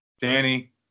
Danny